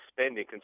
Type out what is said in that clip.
spending